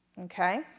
Okay